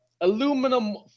aluminum